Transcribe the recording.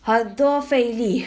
很多费力